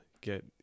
get